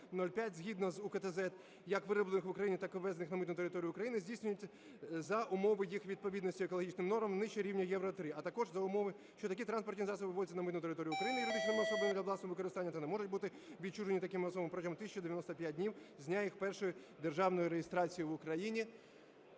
згідно з УКТ ЗЕД як вироблених в Україні, так і ввезених на митну територію України здійснюють за умови їх відповідності екологічним нормам не нижче рівня "Євро-3", а також за умови, що такі транспорті засоби ввозяться на митну територію України юридичними особами для власного використання та не можуть бути відчужені такими особами протягом 1095 днів з дня їх першої державної реєстрації в Україні".